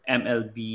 mlb